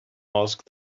asked